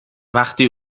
وقتی